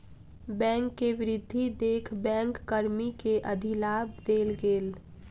bank के वृद्धि देख बैंक कर्मी के अधिलाभ देल गेल